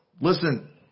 listen